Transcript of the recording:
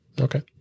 Okay